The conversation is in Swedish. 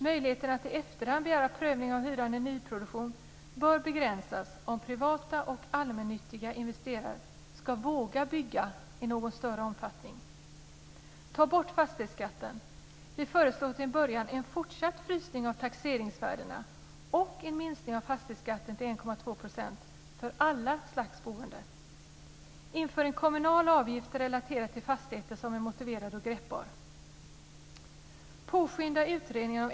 Möjligheten att i efterhand begära prövning av hyran i nyproduktion bör begränsas om privata och allmännyttiga investerare ska våga bygga i någon större omfattning. · Ta bort fastighetsskatten. Vi föreslår till en början en fortsatt frysning av taxeringsvärdena och en minskning av fastighetskatten till 1,2 % för allt slags boende. Inför en kommunal avgift relaterad till fastigheten som är motiverad och greppbar.